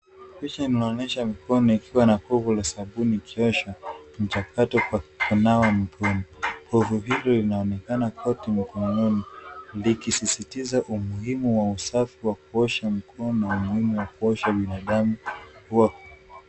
Picha inaonyesha mkono ikiwa na kovu la sabuni ikiosha mchakato kwa kunawa mikono. Kovu hilo linaonekana koti mikononi likisisitiza umuhimu wa usafi wa kuosha mikono na umuhimu wa kuosha binadamu.